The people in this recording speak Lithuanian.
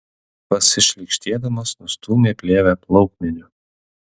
pasišlykštėdamas nustūmė plėvę plaukmeniu